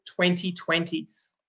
2020s